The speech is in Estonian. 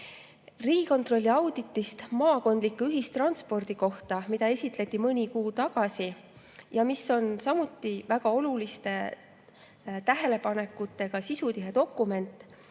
eurot. Riigikontrolli auditist maakondliku ühistranspordi kohta, mida esitleti mõni kuu tagasi ja mis on samuti väga oluliste tähelepanekutega sisutihe dokument,